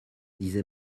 disait